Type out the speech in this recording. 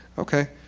ok,